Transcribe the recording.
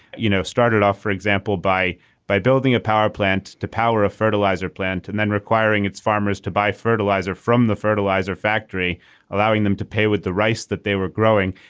you know started off for example by by building a power plant to power a fertilizer plant and then requiring its farmers to buy fertilizer from the fertilizer factory allowing them to pay with the rice that they were growing.